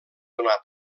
donar